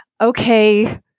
okay